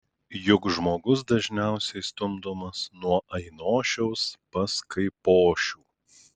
juk žmogus dažniausiai stumdomas nuo ainošiaus pas kaipošių